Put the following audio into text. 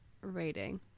rating